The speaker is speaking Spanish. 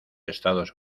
estados